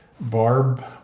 Barb